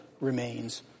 remains